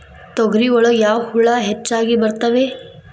ತೊಗರಿ ಒಳಗ ಯಾವ ಹುಳ ಹೆಚ್ಚಾಗಿ ಬರ್ತವೆ?